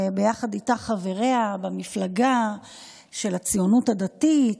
וביחד איתה חבריה במפלגה של הציונות הדתית,